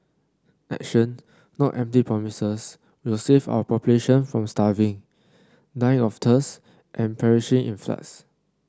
action not empty promises will save our populations from starving dying of thirst and perishing in floods